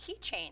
keychain